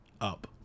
up